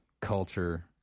culture